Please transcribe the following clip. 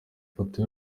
ifoto